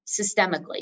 systemically